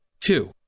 Two